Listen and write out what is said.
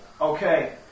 Okay